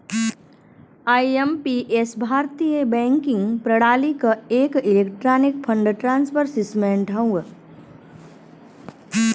IMPS भारतीय banking प्रणाली क एक इलेक्ट्रॉनिक फंड ट्रांसफर सिस्टम हौ